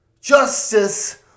Justice